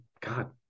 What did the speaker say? God